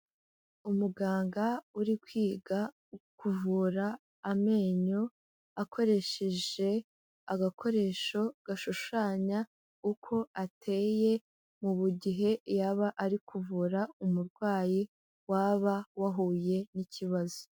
Umuganga uri kwiga kuvura amenyo, akoresheje agakoresho gashushanya uko ateye, mu gihe yaba ari kuvura umurwayi waba wahuye n'ikibazo.